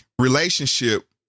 relationship